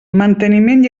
manteniment